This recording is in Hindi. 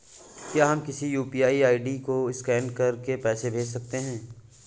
क्या हम किसी यू.पी.आई आई.डी को स्कैन करके पैसे भेज सकते हैं?